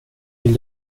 vill